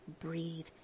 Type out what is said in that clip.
breathe